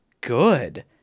good